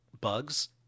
Bugs